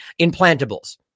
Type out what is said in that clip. implantables